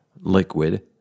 liquid